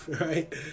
right